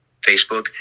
Facebook